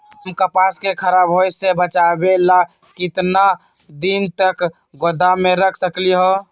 हम कपास के खराब होए से बचाबे ला कितना दिन तक गोदाम में रख सकली ह?